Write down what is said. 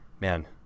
man